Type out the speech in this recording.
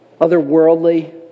otherworldly